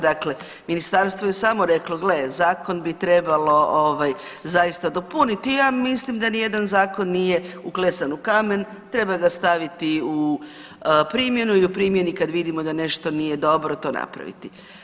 Dakle, Ministarstvo je samo reklo, gle, zakon bi trebalo ovaj zaista dopuniti, ja mislim da nijedan zakon nije uklesan u kamen, treba ga staviti u primjenu i u primjeni kad vidimo da nešto nije dobro, to napraviti.